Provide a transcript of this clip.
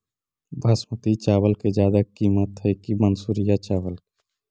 बासमती चावल के ज्यादा किमत है कि मनसुरिया चावल के?